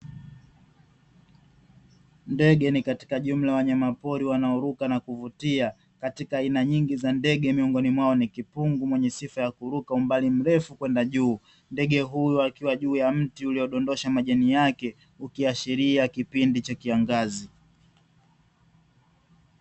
Ndege ni katika jumla ya wanyamapori wanaoruka na kuvutia, katika aina nyingi za ndege miongoni mwao ni kipungu mwenye sifa ya kuruka umbali mrefu kwenda juu. Ndege huyo akiwa juu ya mti uliodondosha majani yake ukiashiria kipindi cha kiangazi.